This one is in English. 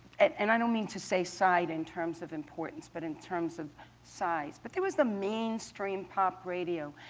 and i don't mean to say side in terms of importance, but in terms of size. but there was the mainstream pop radio,